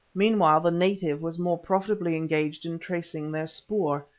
meanwhile the native was more profitably engaged in tracing their spoor.